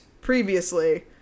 previously